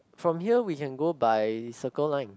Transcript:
from here we can go by Circle Line